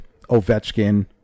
Ovechkin